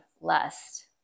lust